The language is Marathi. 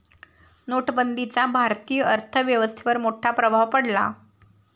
नोटबंदीचा भारतीय अर्थव्यवस्थेवर मोठा प्रभाव पडला